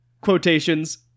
quotations